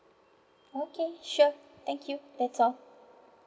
okay sure thank you that's all